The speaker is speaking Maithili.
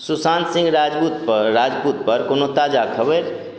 सुशान्त सिंह राजपूत पर राजपूत पर कोनो ताजा खबैरि